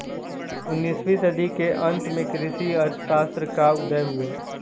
उन्नीस वीं सदी के अंत में कृषि अर्थशास्त्र का उदय हुआ